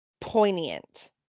Poignant